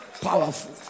Powerful